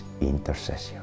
intercession